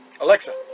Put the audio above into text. Alexa